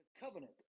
covenant